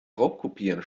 raubkopieren